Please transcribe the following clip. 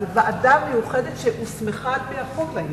זו ועדה מיוחדת שהוסמכה לעניין על-פי החוק.